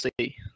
see